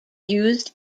used